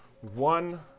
one